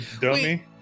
dummy